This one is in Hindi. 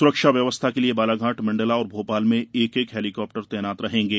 सुरक्षा व्यवस्था के लिये बालाघाट मण्डला और भोपाल में एक एक हेलीकॉप्टर तैनात रहेंगे